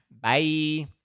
bye